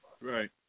Right